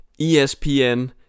ESPN